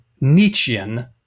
Nietzschean